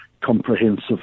comprehensive